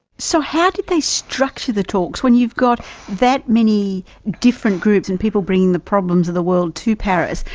so how did they structure the talks, when you've got that many different groups, and people bringing the problems of the world to paris,